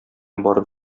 барып